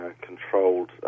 controlled